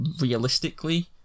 Realistically